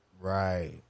Right